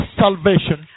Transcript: salvation